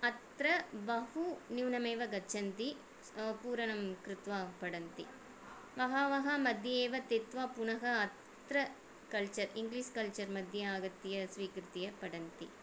अत्र बहुन्यूनमेव गच्छन्ति पूरणं कृत्वा पठन्ति बहवः मध्ये एव त्यक्त्वा पुनः अत्र कल्चर् इङ्गलिश् कल्चर् मध्ये आगत्य स्वीकृत्य पठन्ति